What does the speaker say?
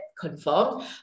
confirmed